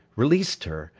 released her,